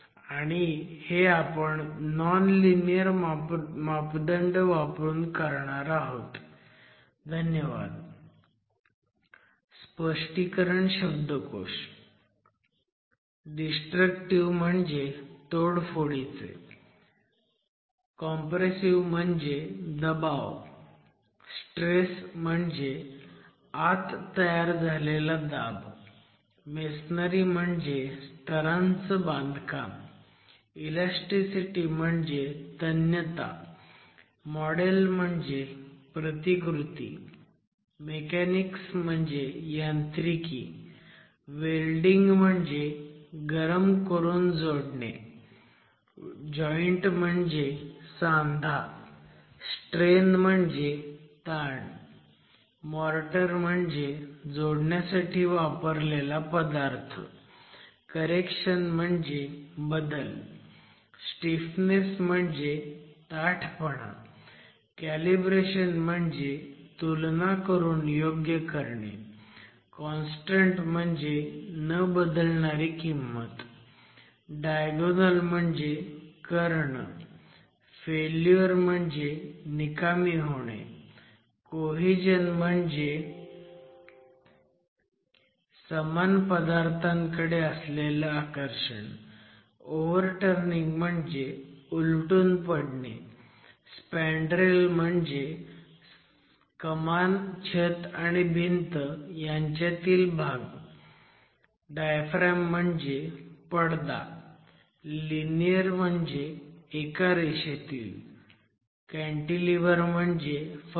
आणि हे आपण नॉन लिनीयर मापदंड वापरून करणार आहोत